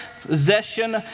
possession